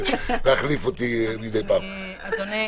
אדוני,